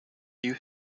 you